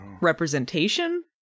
representation